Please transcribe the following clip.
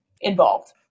involved